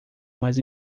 mais